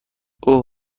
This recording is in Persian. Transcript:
اوه